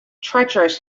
treacherous